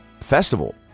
festival